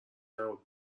نبود